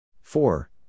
Four